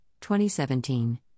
2017